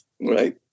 right